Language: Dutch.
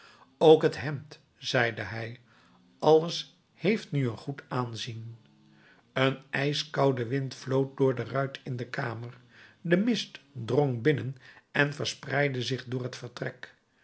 ook het hemd zeide hij alles heeft nu een goed aanzien een ijskoude wind floot door de ruit in de kamer de mist drong binnen en verspreidde zich door het vertrek